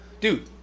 dude